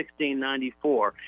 1694